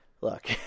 look